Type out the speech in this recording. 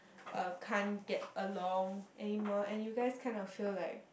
uh can't get along anymore and you guys kind of feel like